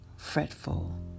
fretful